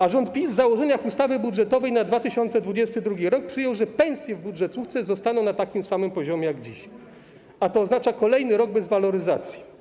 A rząd PiS w założeniach ustawy budżetowej na 2022 r. przyjął, że pensję w budżetówce zostaną na takim samym poziomie jak dziś, a to oznacza kolejny rok bez waloryzacji.